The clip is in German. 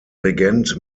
regent